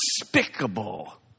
despicable